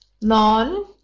non-